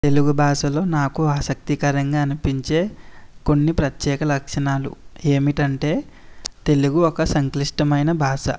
తెలుగు భాషలో నాకు ఆసక్తికరంగా అనిపించే కొన్ని ప్రత్యేక లక్షణాలు ఏంటంటే తెలుగు ఒక సంక్లిష్టమైన భాష